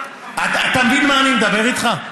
אתה מבין מה אני מדבר איתך?